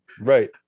right